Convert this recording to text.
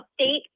update